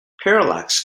parallax